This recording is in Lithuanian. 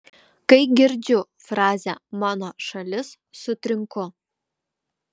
kai girdžiu frazę mano šalis sutrinku